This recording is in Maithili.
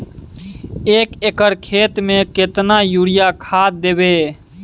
एक एकर खेत मे केतना यूरिया खाद दैबे?